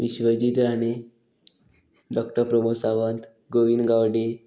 Vishwajit Rane doctor Pramod Sawant Govind Gawade